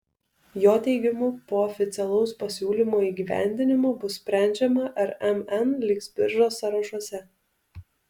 jo teigimu po oficialaus pasiūlymo įgyvendinimo bus sprendžiama ar mn liks biržos sąrašuose